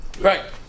Right